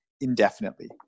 indefinitely